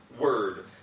word